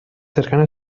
cercana